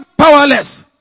powerless